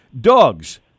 Dogs